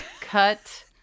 cut